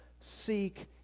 seek